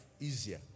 easier